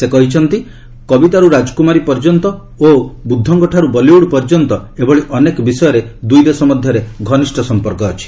ସେ କହିଛନ୍ତି କବିତାରୁ ରାଜକୁମାରୀ ପର୍ଯ୍ୟନ୍ତ ଓ ବୁଦ୍ଧଙ୍କଠାରୁ ବଲିଉଡ୍ ପର୍ଯ୍ୟନ୍ତ ଏଭଳି ଅନେକ ବିଷୟରେ ଦୁଇଦେଶ ମଧ୍ୟରେ ଘନିଷ୍ଠ ସଂପର୍କ ରହିଛି